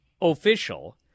official